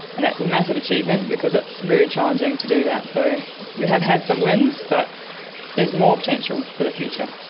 and that's a massive achievement because it's very challenging to do that. so we have had some wins, but there's more potential for the future.